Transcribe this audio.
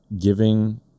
giving